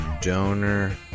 Donor